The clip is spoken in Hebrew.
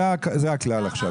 זה הכלל עכשיו.